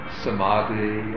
samadhi